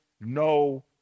no